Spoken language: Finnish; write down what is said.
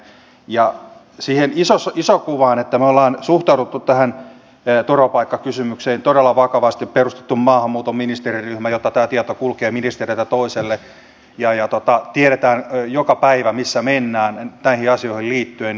ja mitä tulee siihen isoon kuvaan niin me olemme suhtautuneet tähän turvapaikkakysymykseen todella vakavasti perustaneet maahanmuuton ministeriryhmän jotta tämä tieto kulkee ministeriltä toiselle ja tiedämme joka päivä missä mennään näihin asioihin liittyen